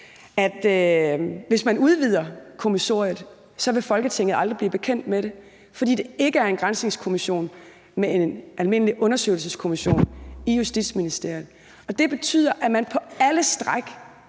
at hvis man udvider kommissoriet, vil Folketinget aldrig blive bekendt med det, fordi det ikke er en granskningskommission, men en almindelig undersøgelseskommission i Justitsministeriet. Det betyder, at man på alle stræk